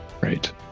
Right